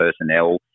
personnel